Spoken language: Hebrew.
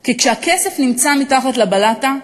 כי כשהכסף נמצא מתחת לבלטה,